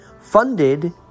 funded